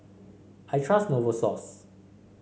I trust Novosource